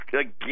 again